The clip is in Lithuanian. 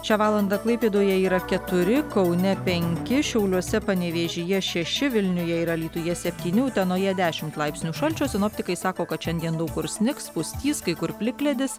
šią valandą klaipėdoje yra keturi kaune penki šiauliuose panevėžyje šeši vilniuje ir alytuje septynių utenoje dešimt laipsnių šalčio sinoptikai sako kad šiandien daug kur snigs pustys kai kur plikledis